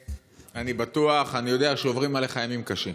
אני בטוח, אני יודע, שעוברים עליך ימים קשים.